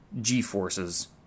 G-forces